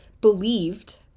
believed